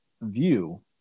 view